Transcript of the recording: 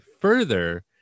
further